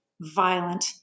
violent